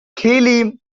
kylie